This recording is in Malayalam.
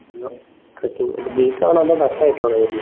ഇല്ല ട്രക്കിംഗ് അപ്പം ജീപ്പ് ആണോ അതോ ബസ് ആയിട്ടാണോ വരുന്നത്